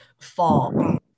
fall